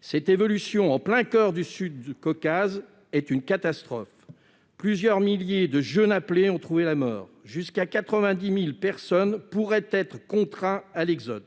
Cette évolution en plein coeur du sud du Caucase est une catastrophe. Plusieurs milliers de jeunes appelés ont trouvé la mort. Jusqu'à 90 000 personnes pourraient être contraintes à l'exode.